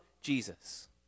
Jesus